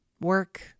work